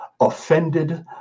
offended